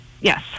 Yes